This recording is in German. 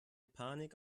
panik